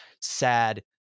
sad